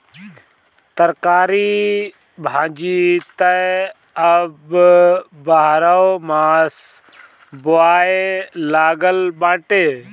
तरकारी भाजी त अब बारहोमास बोआए लागल बाटे